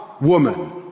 woman